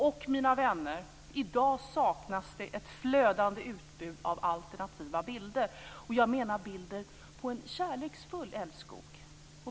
Och, mina vänner, i dag saknas det ett flödande utbud av alternativa bilder. Jag menar bilder på en kärleksfull älskog.